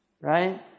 right